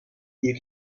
you